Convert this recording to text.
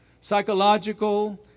psychological